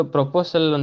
Proposal